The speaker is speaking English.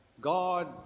God